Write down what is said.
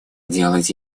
делать